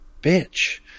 bitch